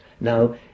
Now